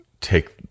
take